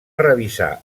revisar